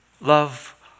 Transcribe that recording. love